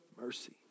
mercy